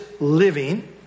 living